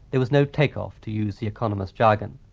there was no take-off to use the economists' jargon.